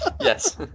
Yes